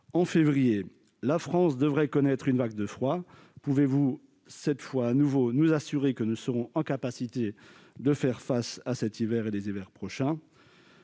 En février, la France devrait connaître une vague de froid. Pouvez-vous de nouveau nous assurer que nous serons capables de faire face à cet hiver et aux hivers prochains ?